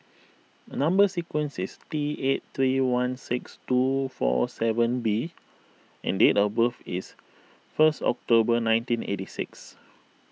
Number Sequence is T eight three one six two four seven B and date of birth is first October nineteen eighty six